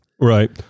Right